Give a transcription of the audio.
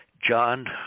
john